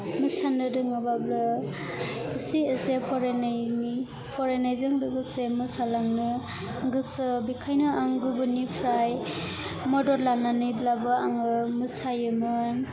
मोसानो रोङाबाबो एसे एसे फरानायजों लोगोसे मोसालांनो गोसो बेनिखायनो आं गुबुननिफ्राय मदद लानानैब्लाबो आङो मोसायोमोन